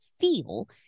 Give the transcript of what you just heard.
feel